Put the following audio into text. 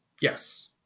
Yes